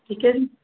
ਠੀਕ ਹੈ ਜੀ